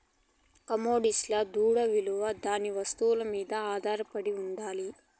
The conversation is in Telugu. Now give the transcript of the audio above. కమొడిటీస్ల దుడ్డవిలువ దాని వస్తువు మీద ఆధారపడి ఉండాలి